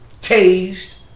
tased